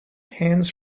hands